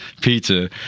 pizza